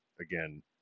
again